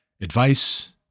advice